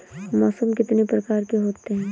मौसम कितनी प्रकार के होते हैं?